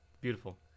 beautiful